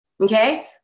Okay